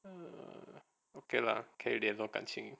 um okay lah 可以联络感情